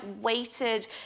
weighted